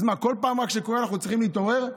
אז מה, כל פעם כשקורה אנחנו צריכים להתעורר?